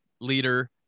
leader